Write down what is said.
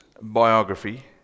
biography